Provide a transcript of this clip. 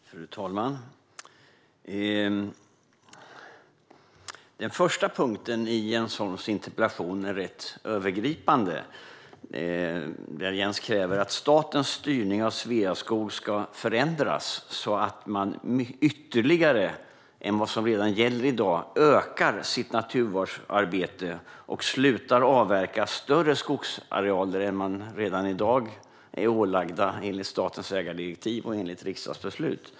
Fru talman! Den första punkten i Jens Holms interpellation är övergripande. Jens kräver att statens styrning av Sveaskog ska förändras så att man ytterligare än vad som redan gäller ökar sitt naturvårdsarbete och slutar att avverka större skogsarealer än man i dag är ålagd enligt statens ägardirektiv och riksdagsbeslut.